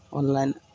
online